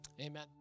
Amen